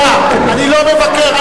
שמע, אני לא מבקר.